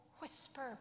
Whisper